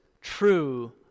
true